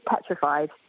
petrified